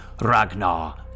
Ragnar